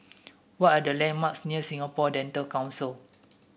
what are the landmarks near Singapore Dental Council